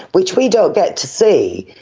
which we don't get to see,